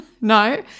No